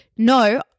no